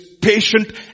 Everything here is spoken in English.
patient